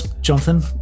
Jonathan